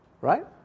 Right